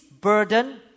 burden